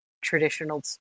traditional